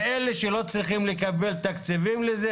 ואלה שלא צריכים לקבל תקציבים לזה.